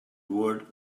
word